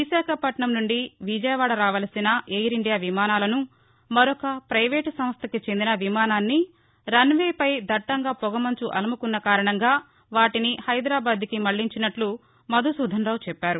విశాఖపట్నం నుండి విజయవాడ రావలసిన Air India విమానాలను మరొక పైవేటు సంస్టకు చెందిన విమానాన్ని రన్ వే పై దట్టంగా పొగ మంచు అలుముకున్న కారణంగా వాటిని హైదరాబాద్కి మళ్నించి నట్లు మధుసూధనరావు చెప్పారు